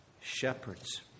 shepherds